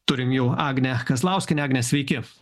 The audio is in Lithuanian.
turim jau agnę kazlauskienę agne sveiki